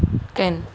kan